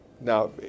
Now